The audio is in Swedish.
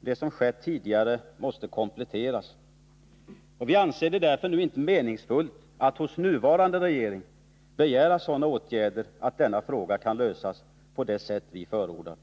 Det som skett tidigare måste kompletteras. Vi anser det därför nu inte meningsfullt att hos den nuvarande regeringen begära sådana åtgärder att denna fråga kan lösas på det sätt som vi förordat.